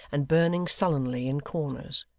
and burning sullenly in corners.